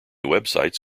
websites